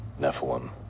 nephilim